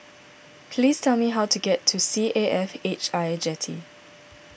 please tell me how to get to C A F H I Jetty